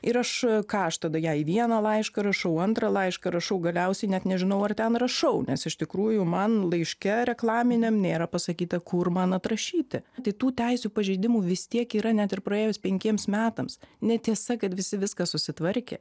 ir aš ką aš tada jei vieną laišką rašau antrą laišką rašau galiausiai net nežinau ar ten rašau nes iš tikrųjų man laiške reklaminiam nėra pasakyta kur man atrašyti tai tų teisių pažeidimų vis tiek yra net ir praėjus penkiems metams netiesa kad visi viską susitvarkė